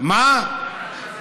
מה אתה מציע?